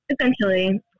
Essentially